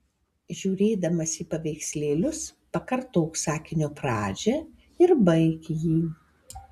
žiūrėdamas į paveikslėlius pakartok sakinio pradžią ir baik jį